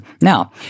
Now